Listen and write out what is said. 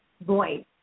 voice